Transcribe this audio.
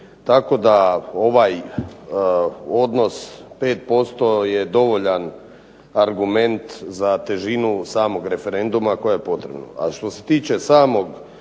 Tako da ovaj odnos 5% je dovoljan argument za težinu samog referenduma koja je potrebna.